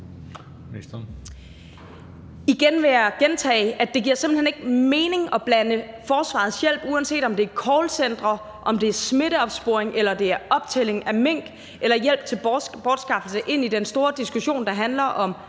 Jeg vil igen gentage, at det simpelt hen ikke giver mening at blande forsvarets hjælp, uanset om det er callcentre, smitteopsporing, optælling af mink eller hjælp til bortskaffelse af mink, ind i den store diskussion, der handler om